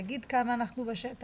אתה יכול להגיד כמה אנחנו בשטח.